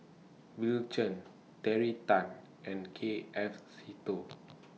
Bill Chen Terry Tan and K F Seetoh